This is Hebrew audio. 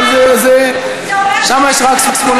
אבל שם יש רק שמאלנים,